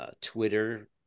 Twitter